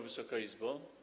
Wysoka Izbo!